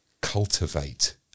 cultivate